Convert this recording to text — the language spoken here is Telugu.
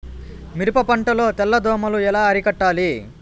మిరప పంట లో తెల్ల దోమలు ఎలా అరికట్టాలి?